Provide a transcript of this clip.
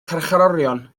carcharorion